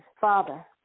Father